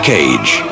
Cage